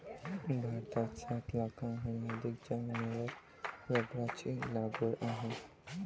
भारतात सात लाखांहून अधिक जमिनीवर रबराची लागवड आहे